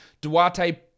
Duarte